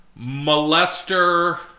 molester